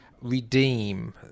redeem